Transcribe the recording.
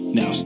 Now